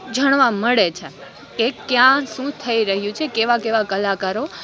જાણવા મળે છે એ કયાં શું થઈ રહ્યું છે કેવા કેવા કલાકારો